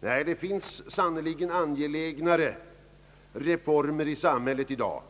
Det finns sannerligen angelägnare reformer i samhället i dag.